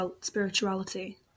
spirituality